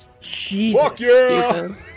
Jesus